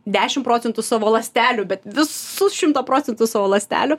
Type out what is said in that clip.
dešim procentų savo ląstelių bet visus šimtą procentų savo ląstelių